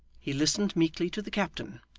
he listened meekly to the captain,